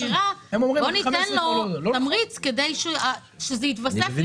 המכירה, בוא ניתן לו תמריץ כדי שזה יהיה.